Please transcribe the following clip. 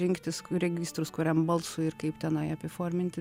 rinktis registrus kuriam balsui ir kaip tenai apiforminti